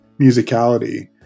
musicality